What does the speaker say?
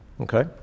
okay